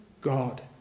God